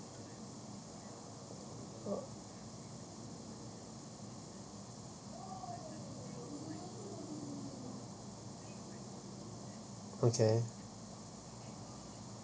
okay